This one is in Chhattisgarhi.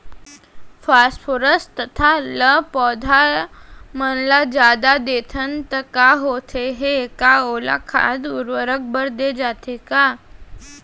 फास्फोरस तथा ल पौधा मन ल जादा देथन त का होथे हे, का ओला खाद उर्वरक बर दे जाथे का?